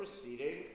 proceeding